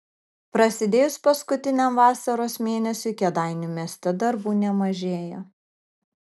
prasidėjus paskutiniam vasaros mėnesiui kėdainių mieste darbų nemažėja